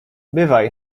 bywaj